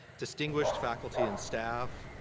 distinguished faculty and staff,